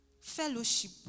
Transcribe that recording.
Fellowship